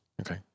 Okay